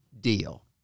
deal